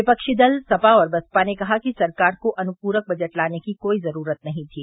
विपक्षी दल सपा और बसपा ने कहा कि सरकार को अनुपूरक बजट लाने की कोई जरूरत नहीं थी